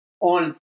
on